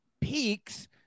peaks